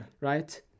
Right